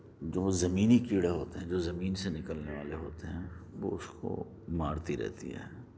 جو زمینی کیڑے ہوتے ہیں جو زمین سے نکلنے والے ہوتے ہیں وہ اُس کو مارتی رہتی ہے